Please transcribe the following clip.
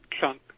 chunk